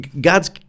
God's